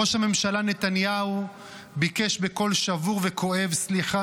ראש הממשלה נתניהו ביקש בקול שבור וכואב סליחה